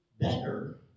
better